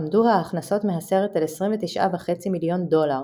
עמדו ההכנסות מהסרט על 29.5 מיליון דולר,